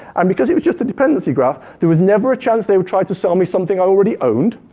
and because it's just a dependency graph, there was never a chance they would try to sell me something i already owned,